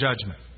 judgment